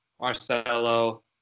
Marcelo